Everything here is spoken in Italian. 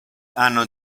hanno